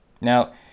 Now